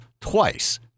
twice